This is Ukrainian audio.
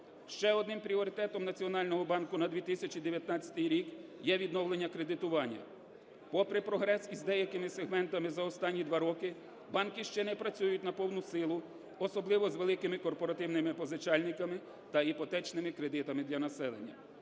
Ще одним пріоритетом Національного банку на 2019 рік є відновлення кредитування. Попри прогрес із деякими сегментами за останні два роки, банки ще не працюють на повну силу, особливо з великими корпоративними позичальниками та іпотечними кредитами для населення.